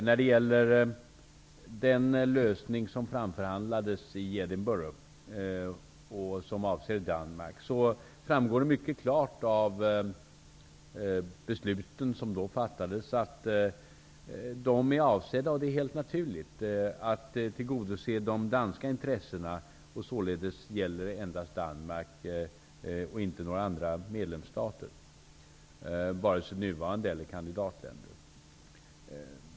När det gäller den lösning som framförhandlades i Edinburgh, och som avser Danmark, framgår det mycket klart av de beslut som då fattades att de är avsedda, och det är helt naturligt, att tillgodose de danska intressena. Således gäller de endast Danmark och inte några andra medlemsstater, vare sig nuvarande eller kandidatländer.